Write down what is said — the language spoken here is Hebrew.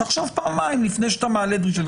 תחשוב פעמיים לפני שאתה מעלה דרישות.